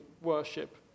worship